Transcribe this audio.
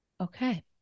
Okay